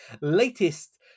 latest